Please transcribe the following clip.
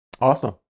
Awesome